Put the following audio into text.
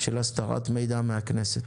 של הסתרת מידע מהכנסת.